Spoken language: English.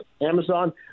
Amazon